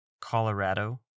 Colorado